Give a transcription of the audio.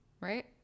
right